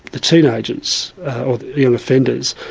the teenagers, the and offenders,